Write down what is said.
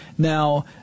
Now